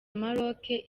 maroc